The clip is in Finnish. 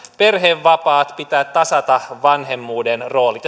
perhevapaat pitää tasata vanhemmuuden roolit